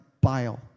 bile